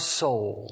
soul